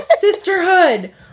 sisterhood